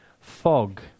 fog